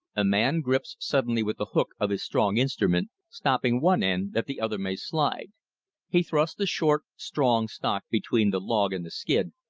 a man grips suddenly with the hook of his strong instrument, stopping one end that the other may slide he thrusts the short, strong stock between the log and the skid,